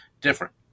different